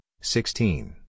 sixteen